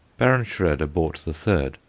baron schroeder bought the third,